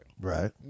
Right